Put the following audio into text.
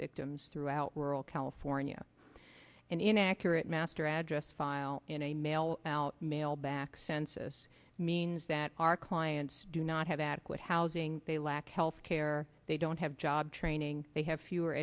victims throughout rural california an inaccurate master address file in a mail out mail back census means that our clients do not have adequate housing they lack health care they don't have job training they have fewer